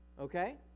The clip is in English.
okay